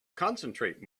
concentrate